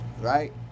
right